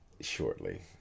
shortly